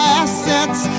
assets